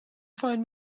find